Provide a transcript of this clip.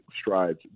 strides